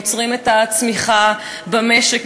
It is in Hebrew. עוצרים את הצמיחה במשק,